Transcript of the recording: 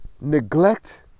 neglect